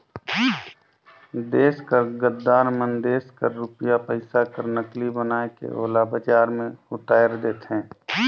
देस कर गद्दार मन देस कर रूपिया पइसा कर नकली बनाए के ओला बजार में उताएर देथे